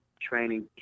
training